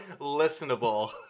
listenable